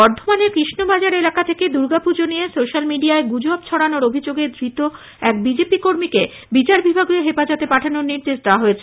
বর্ধমানের কৃষ্ণবাজার এলাকা থেকে দুর্গাপুজো নিয়ে সোশ্যাল মিডিয়ায় গুজব ছাওড়ানোর অভিযোগে ধত এক বিজেপি কর্মীকে বিচার বিভাগীয় হেফাজতে পাঠানোর নির্দেশ দেওয়া হয়েছে